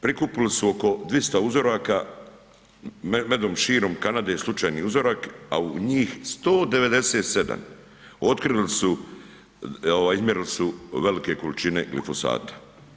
Prikupili su oko 200 uzoraka medom širom Kanade slučajni uzorak, a u njih 197 otkrili su, ovaj izmjerili su velike količine glifosata.